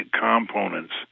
components